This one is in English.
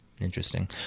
Interesting